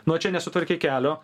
nu o čia nesutvarkei kelio